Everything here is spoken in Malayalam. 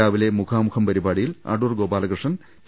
രാവിലെ മുഖാമുഖം പരിപാടിയിൽ അടൂർ ഗോപാലകൃഷ്ണൻ ടി